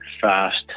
fast